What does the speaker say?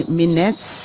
minutes